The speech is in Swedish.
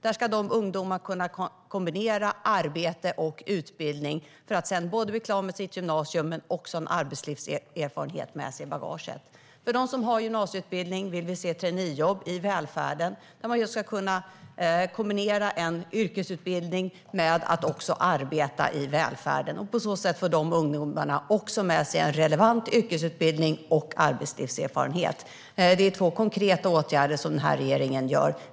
Dessa ungdomar ska kunna kombinera arbete och utbildning för att både bli klara med sin gymnasieutbildning och få arbetslivserfarenhet med sig i bagaget. För dem som har gymnasieutbildning vill vi se traineejobb i välfärden, där man ska kunna kombinera yrkesutbildning med att arbeta i välfärden. På så sätt får även de ungdomarna med sig en relevant yrkesutbildning och arbetslivserfarenhet. Det är två konkreta åtgärder som den här regeringen vidtar.